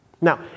Now